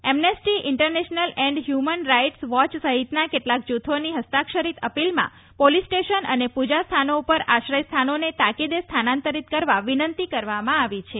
Amnesty International and Human Rights Watch સહિતન કેટલાક જૂથોની ફસ્તાક્ષરિત અપીલમાં પોલીસ આભાર નિફારીકા રવિયા સ્ટેશન અને પૂજા સ્થાનો ઉપર આશ્રય સ્થાનોને તાકીદે સ્થાનાંતરિત કરવા વિનંતી કરવામાં આવી છે